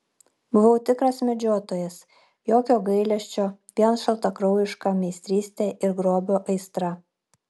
buvau tikras medžiotojas jokio gailesčio vien šaltakraujiška meistrystė ir grobio aistra